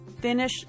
finish